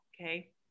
Okay